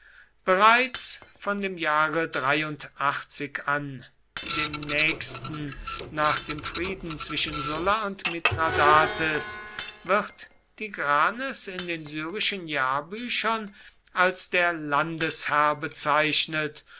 bereits von dem jahre an dem nächsten nach dem frieden zwischen sulla und mithradates wird tigranes in den syrischen jahrbüchern als der landesherr bezeichnet